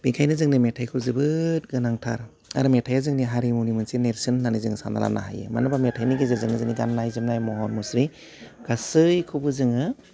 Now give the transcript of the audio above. बेखायनो जोंनो मेथाइखौ जोबोद गोनांथार आरो मेथाइआ जोंनि हारिमुनि मोनसे नेर्सोन होननानै जोङो सानना लानो हायो मानो होनबा मेथाइनि गेजेरजोंनो जोंनि गाननाय जोमनाय महर मुस्रि गासैखौबो जोङो